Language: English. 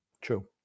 True